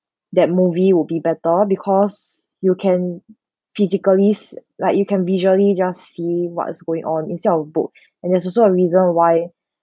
that movie would be better because you can physically s~ like you can visually just see what is going on instead of a book and there's also a reason why